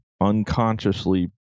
unconsciously